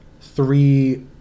three